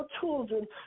children